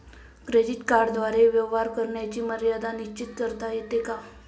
Credit कार्डद्वारे व्यवहार करण्याची मर्यादा निश्चित करता येते का?